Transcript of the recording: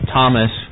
Thomas